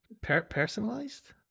Personalized